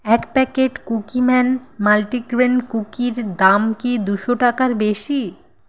এক packet Cookie Man multigrain কুকির দাম কি দুশো টাকার বেশি